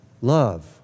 Love